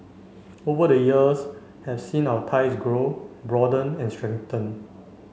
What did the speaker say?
over the years have seen our ties grow broaden and strengthen